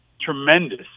tremendous